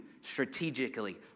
strategically